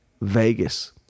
Vegas